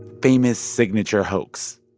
famous signature hoax?